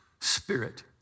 spirit